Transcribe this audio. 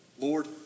Lord